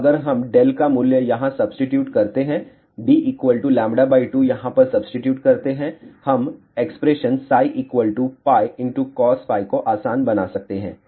तो अगर हम δ का मूल्य यहाँ सब्स्टिटयुट करते हैं d λ 2 यहाँ पर सब्स्टिटयुट करते हैं हम एक्सप्रेशन cos को आसान बना सकते हैं